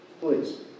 Please